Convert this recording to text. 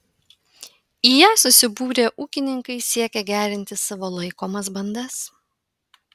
į ją susibūrę ūkininkai siekia gerinti savo laikomas bandas